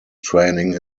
training